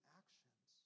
actions